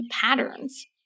patterns